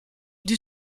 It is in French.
dut